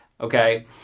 Okay